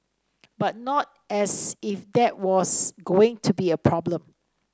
but not as if that was going to be a problem